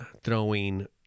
throwing